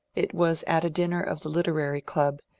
it was at a dinner of the literary qub,